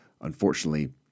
unfortunately